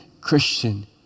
Christian